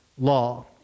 law